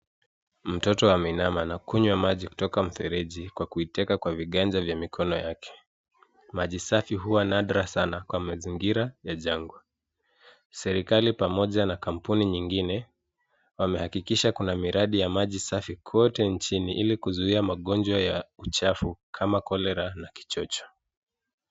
Mtoto ameinama na kunywa maji kutoka mfereji, kwa kuiteka kwa viganja vya mikono yake. Maji safi huwa nadra sana kwa mazingira ya jangwa. Serikali pamoja na kampuni nyingine wamehakikisha kuna miradi ya maji safi kote nchini ili kuzuia magonjwa ya uchafu kama cholera na kichocha.